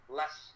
less